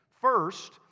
First